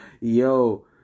yo